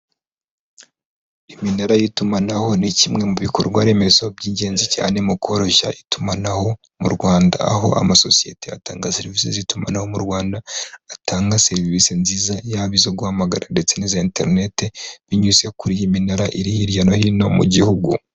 Iminara y'itumanaho ni kimwe mu bikorwa remezo by'ingenzi cyane mu koroshya itumanaho mu rwanda, aho amasosiyete atanga serivi z'itumanaho mu rwanda, atanga serivisi nziza yaba izo guhamagara ndetse n'izi enterinete, binyuze kuri iyi minara iri hirya no hino mu gihugu.